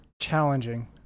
challenging